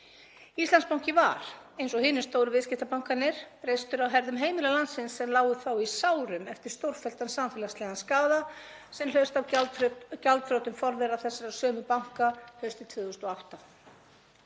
Íslandsbanki var, eins og hinir stóru viðskiptabankarnir, reistur á herðum heimila landsins sem lágu þá í sárum eftir stórfelldan samfélagslegan skaða sem hlaust af gjaldþrotum forvera þessara sömu banka haustið 2008.